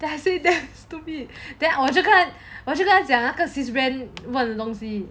then I say damn stupid then 我就跟他我就跟他讲那个问了东西